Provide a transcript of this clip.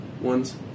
ones